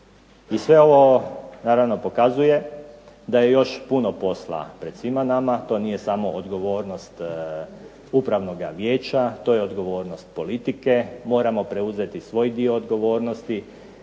I sve ovo naravno pokazuje da je još puno posla pred svima nama, to nije samo odgovornost upravnog vijeća. To je odgovornost politike, moramo preuzeti svoj dio odgovornosti,